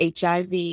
HIV